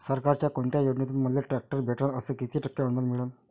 सरकारच्या कोनत्या योजनेतून मले ट्रॅक्टर भेटन अस किती टक्के अनुदान मिळन?